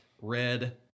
red